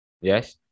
Yes